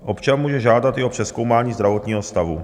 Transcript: Občan může žádat i o přezkoumání zdravotního stavu.